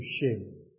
shame